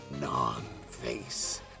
non-face